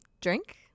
drink